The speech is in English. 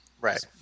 right